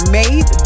made